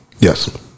Yes